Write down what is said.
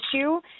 issue